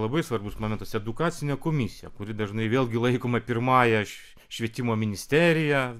labai svarbus momentas edukacinė komisija kuri dažnai vėlgi laikoma pirmąja švietimo ministerija